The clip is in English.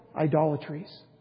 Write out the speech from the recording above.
idolatries